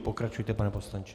Pokračujte, pane poslanče.